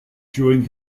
during